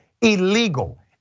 illegal